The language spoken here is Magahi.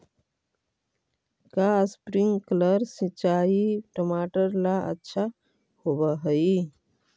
का स्प्रिंकलर सिंचाई टमाटर ला अच्छा होव हई?